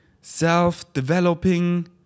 self-developing